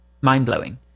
mind-blowing